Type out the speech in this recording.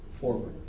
forward